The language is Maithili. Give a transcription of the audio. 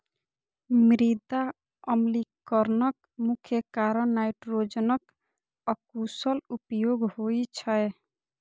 मृदा अम्लीकरणक मुख्य कारण नाइट्रोजनक अकुशल उपयोग होइ छै